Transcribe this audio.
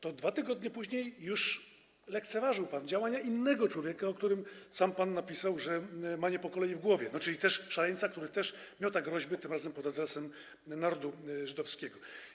Jednak 2 tygodnie później już lekceważył pan działania innego człowieka, o którym sam pan napisał, że ma nie po kolei w głowie, czyli też szaleńca, który miota groźby tym razem pod adresem narodu żydowskiego.